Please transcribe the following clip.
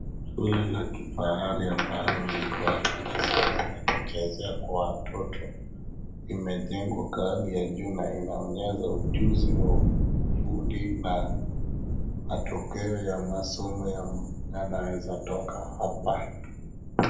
Shule la kifahari ambalo liko hapa na uwanja wa kuchezea kwa watoto, imejengwa kwa hali ya juu na inaonyesha ujuzi wa ufundi na matokea ya masomo ya mbali yanaweza toka hapa.